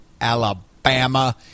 Alabama